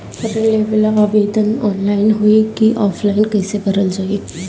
ऋण लेवेला आवेदन ऑनलाइन होई की ऑफलाइन कइसे भरल जाई?